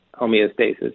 homeostasis